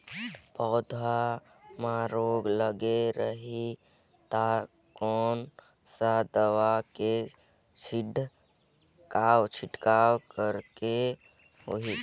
पौध मां रोग लगे रही ता कोन सा दवाई के छिड़काव करेके होही?